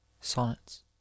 sonnets